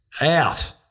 Out